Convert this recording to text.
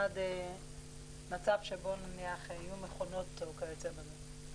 עד מצב שבו נניח יהיו מכונות או כיוצא בזה.